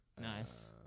Nice